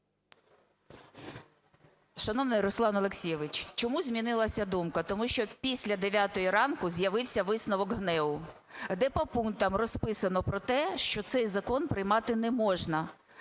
Шановний Руслан Олексійович, чому змінилася думку? Тому що після дев'ятої ранку з'явився висновок ГНЕУ, де по пунктам розписано про те, що цей закон приймати не можна.